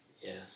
Yes